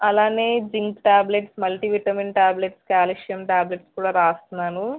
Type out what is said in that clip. అలాగే zinc tablets multi vitamin tablets calcium tablets కూడా రాస్తున్నాను